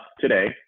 today